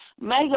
Mega